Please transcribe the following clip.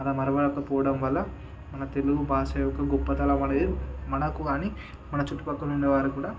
అలా మరవకపోవడం వల్ల మన తెలుగు భాష యొక గొప్పతనం అనేది మనకు కానీ మన చుట్టుపక్కలుండే వారిక్కూడా